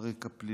על רקע פלילי,